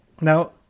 Now